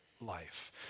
life